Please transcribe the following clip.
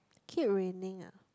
keep raining ah